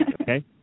okay